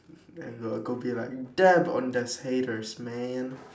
and I'll go be like dab on those haters man